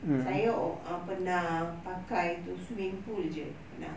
saya pernah pakai untuk swimming pool sahaja pernah